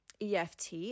EFT